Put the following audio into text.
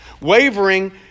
Wavering